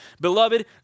Beloved